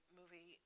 movie